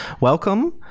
Welcome